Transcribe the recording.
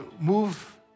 move